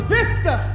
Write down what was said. Vista